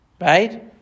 right